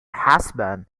husband